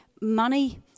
money